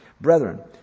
Brethren